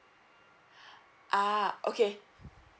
ah okay